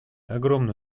огромный